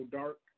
dark